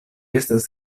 estas